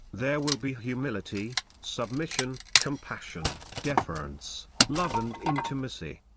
there will be humility, submission, compassion, deference, love and intimacy.